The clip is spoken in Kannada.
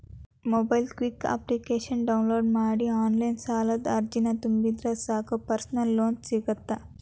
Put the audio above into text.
ಮೊಬೈಕ್ವಿಕ್ ಅಪ್ಲಿಕೇಶನ ಡೌನ್ಲೋಡ್ ಮಾಡಿ ಆನ್ಲೈನ್ ಸಾಲದ ಅರ್ಜಿನ ತುಂಬಿದ್ರ ಸಾಕ್ ಪರ್ಸನಲ್ ಲೋನ್ ಸಿಗತ್ತ